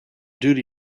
duty